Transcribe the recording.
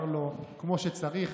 אמר לו: כמו שצריך,